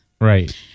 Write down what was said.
Right